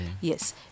Yes